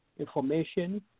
information